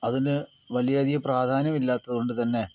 അതിന് വലിയ അധികം പ്രാധാന്യം ഇല്ലാത്തത് കൊണ്ട് തന്നെ